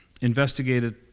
investigated